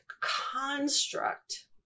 construct